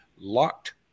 LOCKED